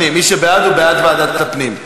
כי אני חושב שהנושא הזה חשוב לא פחות משאר הנושאים,